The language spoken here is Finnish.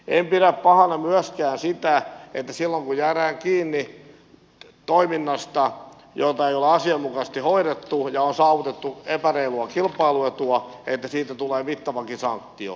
en pidä pahana myöskään sitä että silloin kun jäädään kiinni toiminnasta jota ei ole asianmukaisesti hoidettu ja on saavutettu epäreilua kilpailuetua siitä tulee mittavakin sanktio